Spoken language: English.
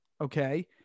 okay